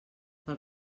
pel